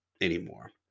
anymore